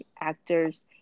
actors